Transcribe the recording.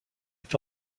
est